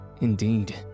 indeed